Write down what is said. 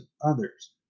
others